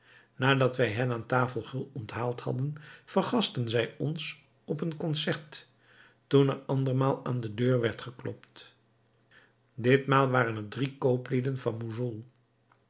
nadat wij hen aan tafel gul onthaald hadden vergastten zij ons op een concert toen er andermaal aan de deur werd geklopt ditmaal waren het drie kooplieden van moussoul